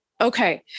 Okay